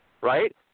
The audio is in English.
right